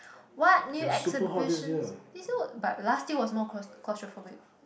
what new exhibitions this year but last year was more claustro~ claustrophobic